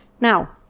Now